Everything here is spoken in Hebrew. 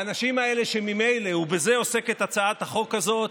האנשים האלה, שממילא, ובזה עוסקת הצעת החוק הזאת,